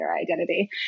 identity